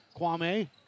Kwame